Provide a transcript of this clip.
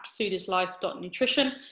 foodislife.nutrition